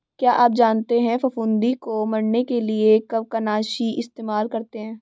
क्या आप जानते है फफूंदी को मरने के लिए कवकनाशी इस्तेमाल करते है?